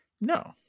No